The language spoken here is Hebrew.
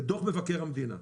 בדוח מבקר המדינה,